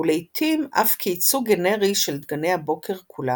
ולעיתים אף כייצוג גנרי של דגני הבוקר כולם.